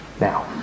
now